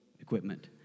equipment